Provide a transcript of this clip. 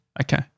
Okay